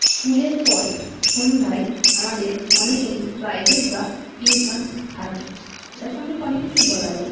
স্কুলের পর সন্ধ্যায় আমাদের অনেকেরই প্রাইভেট বা টিউশান থাকে এটার সম্পর্কে অনেক কিছুই বলা যায়